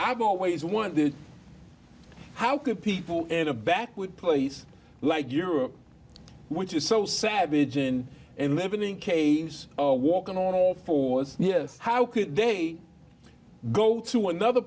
i've always wondered how could people in a backward place like europe which is so savage and and living in caves walking on all fours years how could they go to another